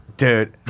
Dude